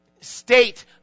state